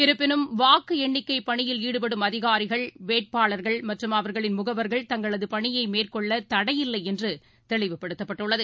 இருப்பினும் வாக்குஎண்ணிக்கைபணியில் ஈடுபடும் அதிகாரிகள் வேட்பாளர்கள் மற்றும் அவர்களின் முகவர்கள் தங்களதுபணியைமேற்கொள்ளதடையில்லைஎன்றுதெளிவுபடுத்தப்பட்டுள்ளது